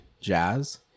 jazz